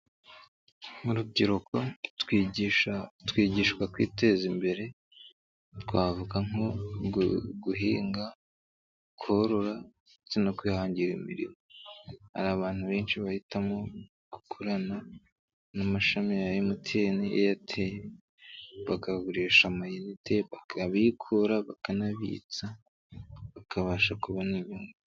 Mu rubyiruko twigishwa kwiteza imbere twavuga nko guhinga, korora no kwihangira imirimo. Hari abantu benshi bahitamo gukorana n'amashami ya Emutiyeni bakagurisha amayinite bakababikurira bakanabitsa bakabasha kubona inyungu.